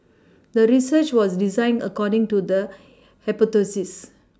the research was designed according to the hypothesis